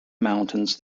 mountains